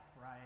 right